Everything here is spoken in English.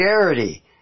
charity